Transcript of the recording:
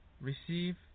Receive